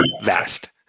Vast